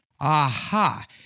Aha